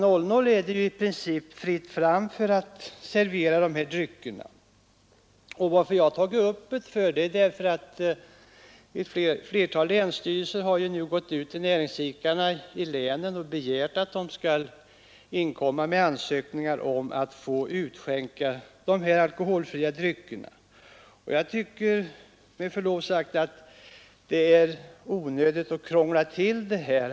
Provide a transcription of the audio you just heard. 00 är det i princip fritt fram för att servera dessa drycker. Jag har tagit upp denna fråga därför att ett flertal länsstyrelser har begärt att näringsidkarna inom respektive län skall inkomma med ansökningar om att få utskänka dessa alkoholfria drycker. Jag tycker med förlov sagt att det är onödigt att krångla till detta.